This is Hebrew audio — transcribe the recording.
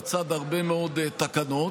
לצד הרבה מאוד תקנות.